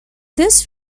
this